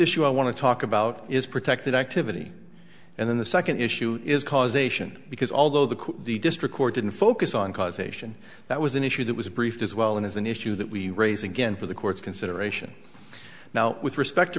issue i want to talk about is protected activity and then the second issue is causation because although the the district court didn't focus on causation that was an issue that was briefed as well and is an issue that we raise again for the court's consideration now with respect to